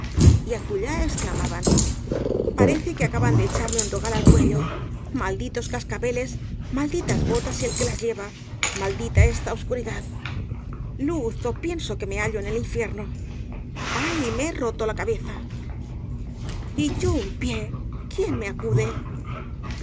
y acullá exclamaban parece que acaban de echarme un dogal al cuello malditos cascabeles malditas botas y el que las lleva maldita esta obscuridad luz ó pienso que me hallo en el infierno ay me he roto la cabeza y yo un pie quién me acude